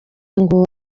ngo